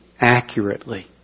accurately